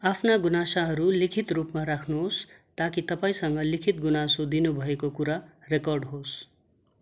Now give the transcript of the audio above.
आफ्ना गुनासाहरू लिखित रूपमा राख्नुहोस् ताकि तपाईँसँग लिखित गुनासो दिनुभएको कुरा रेकर्ड होस्